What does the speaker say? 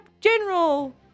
general